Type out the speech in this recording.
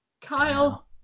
Kyle